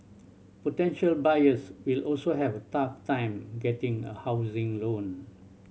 potential buyers will also have a tough time getting a housing loan